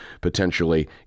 potentially